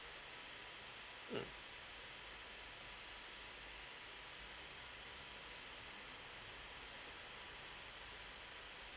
mm